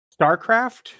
Starcraft